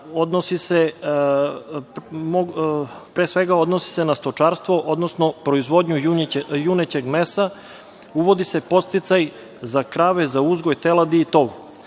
odnosi se na stočarstvo, odnosno proizvodnju junećeg mesa, uvodi se podsticaj za krave, za uzgoj teladi i tov.